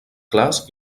clars